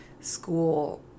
school